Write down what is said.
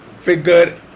figure